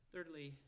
Thirdly